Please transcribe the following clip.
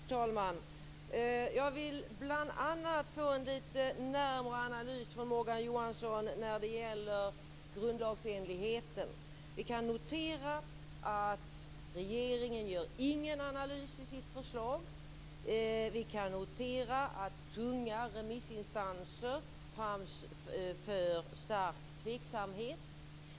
Fru talman! Jag vill bl.a. få en lite närmare analys från Morgan Johansson när det gäller grundlagsenligheten. Vi kan notera att regeringen inte gör någon analys i sitt förslag. Vi kan notera att tunga remissinstanser framför stark tveksamhet.